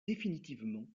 définitivement